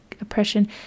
oppression